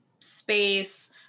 space